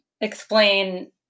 explain